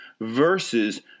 versus